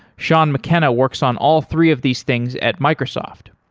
sean mckenna works on all three of these things at microsoft.